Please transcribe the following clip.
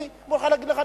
אני מוכן להגיד לך,